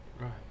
Right